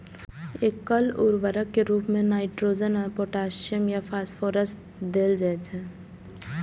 एकल उर्वरक के रूप मे नाइट्रोजन या पोटेशियम या फास्फोरस देल जाइ छै